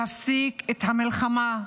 להפסיק את המלחמה,